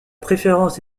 préférence